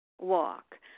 walk